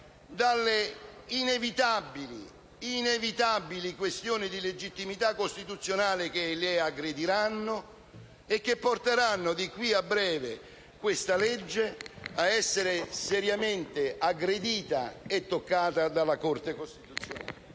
dalle inevitabili questioni di legittimità costituzionale che li aggrediranno e che porteranno questa legge, di qui a breve, ad essere seriamente aggredita e toccata dalla Corte costituzionale.